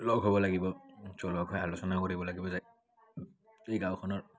লগ হ'ব লাগিব চ' লগ হৈ আলোচনা কৰিব লাগিব যে এই গাঁওখনৰ